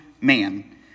man